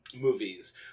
movies